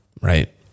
Right